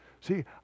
see